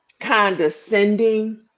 condescending